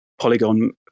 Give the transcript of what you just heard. Polygon